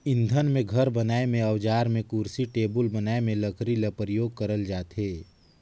इंधन में, घर बनाए में, अउजार में, कुरसी टेबुल बनाए में लकरी ल परियोग करल जाथे